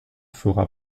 fera